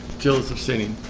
jealous of sinning